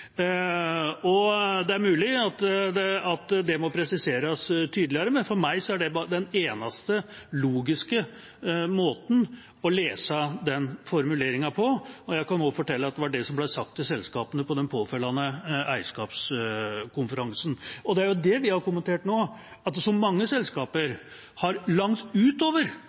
Det er mulig at det må presiseres tydeligere, men for meg er det den eneste logiske måten å lese den formuleringen på, og jeg kan også fortelle at det var det som ble sagt til selskapene på den påfølgende eierskapskonferansen. Og det er det vi har kommentert nå, at så mange selskaper har langt